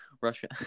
Russia